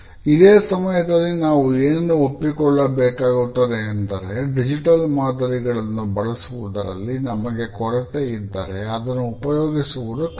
ಇದೆ ಸಮಯದಲ್ಲಿ ನಾವು ಏನನ್ನು ಒಪ್ಪಿಕೊಳ್ಳಬೇಕಾಗುತ್ತದೆ ಅಂದರೆ ಡಿಜಿಟಲ್ ಮಾದರಿಗಳನ್ನು ಬಳಸುವುದರಲ್ಲಿ ನಮಗೆ ಕೊರತೆ ಇದ್ದರೇ ಅದನ್ನು ಉಪಯೋಗಿಸುವುದು ಕಷ್ಟ